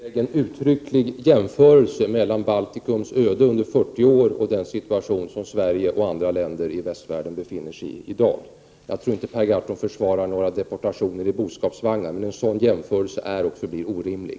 Herr talman! Per Gahrton gjorde i sitt inlägg en uttrycklig jämförelse mellan Baltikums öde under 40 år och den situation som Sverige och andra länder i västvärlden i dag befinner sigi. Jag tror inte att Per Gahrton försvarar några deportationer i boskapsvagnar, men den jämförelse han gjorde är och förblir orimlig.